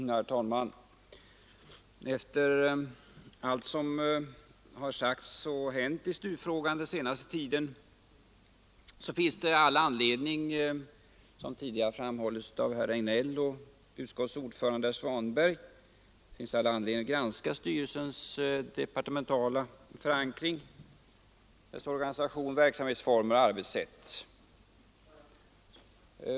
Herr talman! Efter allt som har sagts och hänt i STU-frågan den senaste tiden finns det all anledning — såsom tidigare framhållits av herr Regnéll och utskottets ordförande herr Svanberg — att granska styrelsens departementala förankring, dess organisation, verksamhetsformer och arbetssätt.